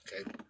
Okay